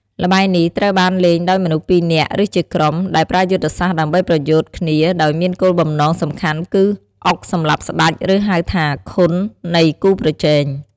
ល្បែងនេះត្រូវបានលេងដោយមនុស្សពីរនាក់ ឬជាក្រុម ដែលប្រើយុទ្ធសាស្ត្រដើម្បីប្រយុទ្ធគ្នាដោយមានគោលបំណងសំខាន់គឺអុកសម្លាប់ស្ដេច ឬហៅថា ខុន នៃគូប្រជែង។